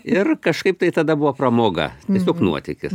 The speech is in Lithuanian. ir kažkaip tai tada buvo pramoga tiesiog nuotykis